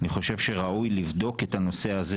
אני חושב שראוי לבדוק את הנושא הזה